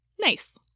Nice